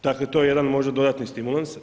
Dakle, to je jedan možda dodatni stimulans.